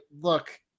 look